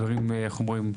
דברים, איך אומרים?